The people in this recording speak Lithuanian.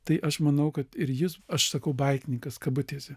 tai aš manau kad ir jis aš sakau baikininkas kabutėse